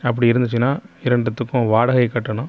அப்படி இருந்துச்சுன்னா இரண்டுத்துக்கும் வாடகை கட்டணம்